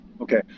Okay